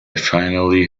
finally